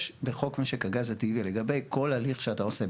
יש בחוק משק הגז הטבעי לגבי כל הליך שאתה עושה,